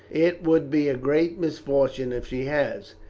it will be a great misfortune if she has,